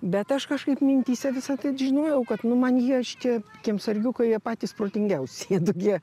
bet aš kažkaip mintyse visa tai žinojau kad nu man jie aš čia kiemsargiukai jie patys protingiausi jie tokie